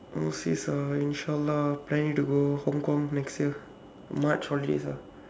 overseas ah in planning to go hong kong next year march holidays ah